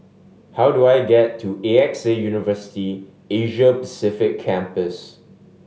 how do I get to A X A University Asia Pacific Campus